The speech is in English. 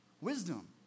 wisdom